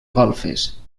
golfes